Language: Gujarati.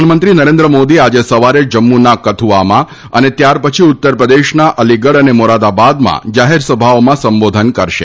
પ્રધાનમંત્રી નરેન્દ્ર મોદી આજે સવારે જમ્મુના કથુઆમાં અને ત્યાર પછી ઉત્તર પ્રદેશના અલીગઢ અને મોરાદાબાદમાં જાહેરસભાઓમાં સંબોધન કરશે